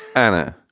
anna,